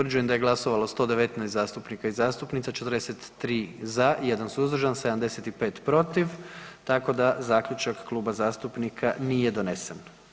Utvrđujem da je glasovalo 119 zastupnika i zastupnica, 43 za, 1 suzdržan, 75 protiv tako da zaključak kluba zastupnika nije donesen.